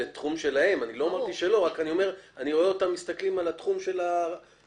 זה תחום שלהם אבל אני רואה אותם מסתכלים על התחום של הבריאות,